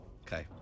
Okay